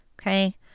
Okay